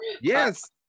Yes